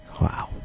Wow